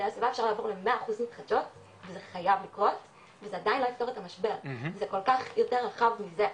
זה חייב לקרות וזה עדיין לא יפתור את המשבר זה כל כך יותר רחב מזה,